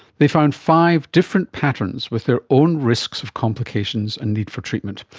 they found five different patterns with their own risks of complications and need for treatment.